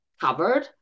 covered